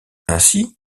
ainsi